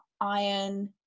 iron